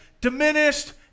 diminished